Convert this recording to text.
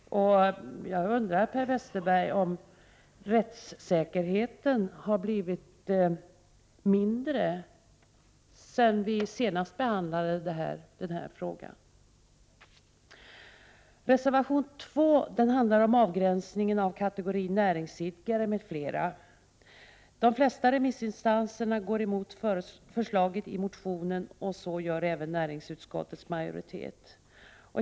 Jag undrar, Per Westerberg, om rättssäkerheten har blivit mindre sedan vi senast behandlade den här frågan. Reservation 2 handlar om avgränsningen av kategorin näringsidkare m.fl. De flesta remissinstanserna går emot förslaget i motionen, och så gör även näringsutskottets majoritet.